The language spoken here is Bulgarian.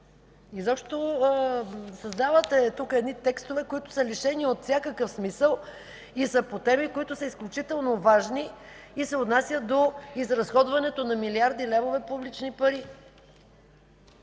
Изобщо създавате тук едни текстове, лишени от всякакъв смисъл, а и са по теми, които са изключително важни и се отнасят до изразходването на милиарди левове публични пари.